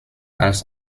als